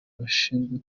bashinzwe